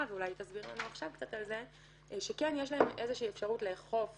הבנתי שיש להם איזו שהיא אפשרות לאכוף